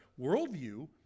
worldview